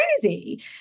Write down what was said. crazy